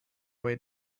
way